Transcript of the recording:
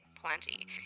plenty